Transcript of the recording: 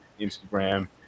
Instagram